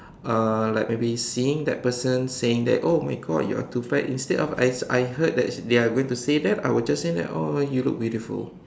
uh like maybe seeing that person saying that oh my God you are too fat instead of I I heard that they are going to say that I will just say that oh you look beautiful